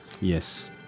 Yes